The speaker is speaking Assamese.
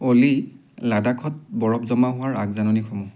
অ'লি লাডাখত বৰফ জমা হোৱাৰ আগজাননীসমূহ